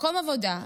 מקום עבודה.